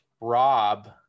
rob